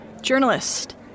Journalist